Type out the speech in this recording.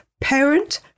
parent